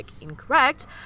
incorrect